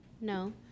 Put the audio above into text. No